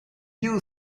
you